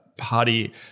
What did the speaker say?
party